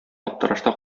аптырашта